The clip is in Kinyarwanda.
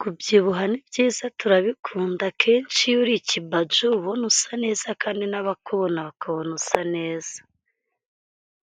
Kubyibuha ni byiza turabikunda akeshi iyo uri ikibaju uba ubona usa neza kandi n'abakubona bakabona usa neza,